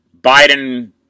Biden-